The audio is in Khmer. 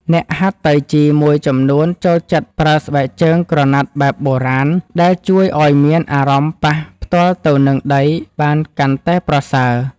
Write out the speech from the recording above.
អ្នកហាត់តៃជីមួយចំនួនចូលចិត្តប្រើស្បែកជើងក្រណាត់បែបបុរាណ ដែលជួយឱ្យមានអារម្មណ៍ប៉ះផ្ទាល់ទៅនឹងដីបានកាន់តែប្រសើរ។